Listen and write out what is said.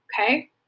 okay